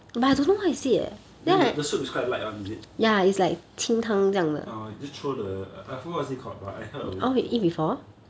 then the the soup is quite light [one] is it orh just throw the I forgot what's it called but I heard of it before